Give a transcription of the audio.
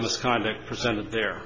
misconduct presented there